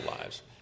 lives